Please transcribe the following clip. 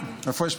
חבריי חברי הכנסת,